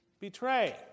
betray